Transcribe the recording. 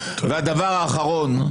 ודבר אחרון,